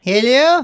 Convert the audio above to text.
Hello